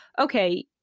okay